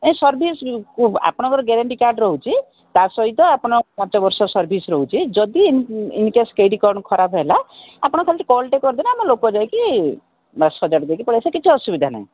ଏ service ଆପଣଙ୍କର guarantee card ରହୁଛି ତା ସହିତ ଆପଣ ପାଞ୍ଚବର୍ଷ ସର୍ଭିସ୍ ରହୁଛି ଯଦି ଇନ୍ କେସ୍ କେଇଟି କ'ଣ ଖରାପ ହେଲା ଆପଣ ଥରୁଟେ କଲ୍ ଟିଏ କରିଦେବେ ଆମ ଲୋକ ଯାଇକି ବାସ ସଜାଡ଼ି ଦେଇକି ପଳାଇ ଆସିବେ କିଛି ଅସୁବିଧା ନାହିଁ